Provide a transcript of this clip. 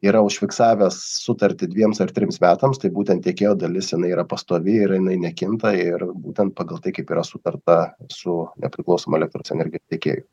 yra užfiksavęs sutartį dviems ar trims metams tai būtent tiekėjo dalis jinai yra pastovi ir jinai nekinta ir būtent pagal tai kaip yra sutarta su nepriklausomu elektros energijos tiekėju